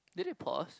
did it pause